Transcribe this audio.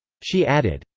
she added,